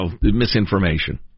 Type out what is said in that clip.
misinformation